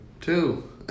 Two